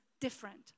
different